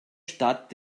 stadt